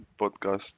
podcast